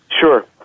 Sure